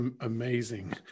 amazing